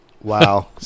Wow